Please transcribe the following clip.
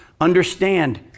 understand